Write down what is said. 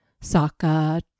saka